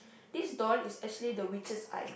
this door is actually the witches' eye